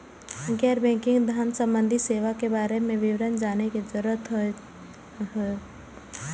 गैर बैंकिंग धान सम्बन्धी सेवा के बारे में विवरण जानय के जरुरत होय हय?